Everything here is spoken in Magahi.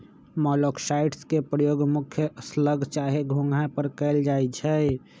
मोलॉक्साइड्स के प्रयोग मुख्य स्लग चाहे घोंघा पर कएल जाइ छइ